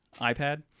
iPad